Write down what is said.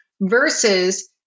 versus